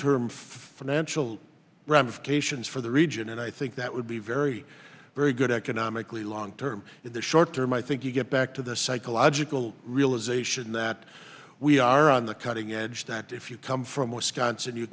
term financial ramifications for the region and i think that would be very very good economically long term in the short term i think you get back to the psychological realization that we are on the cutting edge that if you come from wisconsin you